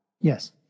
Yes